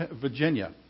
Virginia